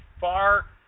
far